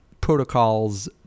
Protocols